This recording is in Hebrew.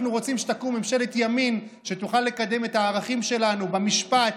אנחנו רוצים שתקום ממשלת ימין שתוכל לקדם את הערכים שלנו במשפט,